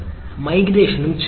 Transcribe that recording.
മൈഗ്രേഷനും ചിലവ് ഉണ്ട്